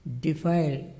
defile